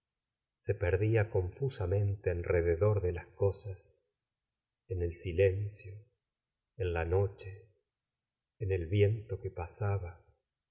se perdía confusamente en re edor de las cosas en el silencio en la noche en el viento que pasaba